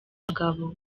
bagabo